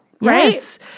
Right